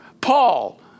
Paul